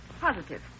Positive